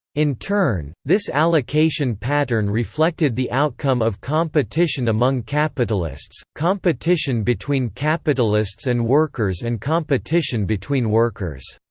in turn, this allocation pattern reflected the outcome of competition among capitalists, competition between capitalists and workers and competition between workers.